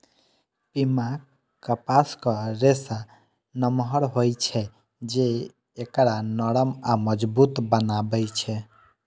पीमा कपासक रेशा नमहर होइ छै, जे एकरा नरम आ मजबूत बनबै छै